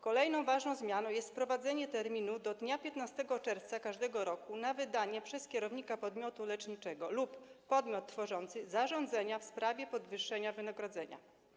Kolejną ważną zmianą jest wprowadzenie terminu do dnia 15 czerwca każdego roku na wydanie przez kierownika podmiotu leczniczego lub podmiot tworzący zarządzenia w sprawie podwyższenia wynagrodzenia.